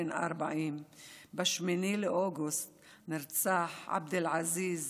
בן 40. ב-8 באוגוסט נרצח עבד אל-עזיז